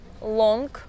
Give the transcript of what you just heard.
long